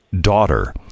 daughter